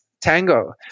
tango